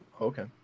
okay